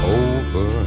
over